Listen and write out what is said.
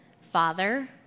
Father